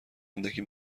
اندکی